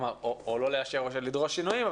לא לאשר או לדרוש שינויים,